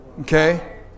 Okay